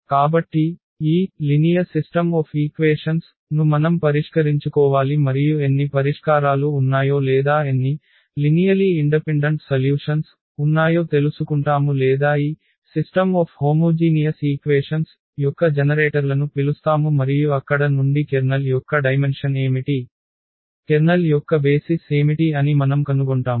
కాబట్టి ఈ సరళ సమీకరణాల వ్యవస్థను మనం పరిష్కరించుకోవాలి మరియు ఎన్ని పరిష్కారాలు ఉన్నాయో లేదా ఎన్ని సరళ స్వతంత్ర పరిష్కారాలు ఉన్నాయో తెలుసుకుంటాము లేదా ఈ వ్యవస్థ యొక్క సజాతీయ సమీకరణాల పరిష్కారం యొక్క జనరేటర్లను పిలుస్తాము మరియు అక్కడ నుండి కెర్నల్ యొక్క డైమెన్షన్ ఏమిటి కెర్నల్ యొక్క బేసిస్ ఏమిటి అని మనం కనుగొంటాము